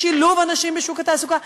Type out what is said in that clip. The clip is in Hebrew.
בשילוב אנשים בשוק התעסוקה,